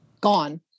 gone